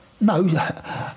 no